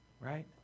Right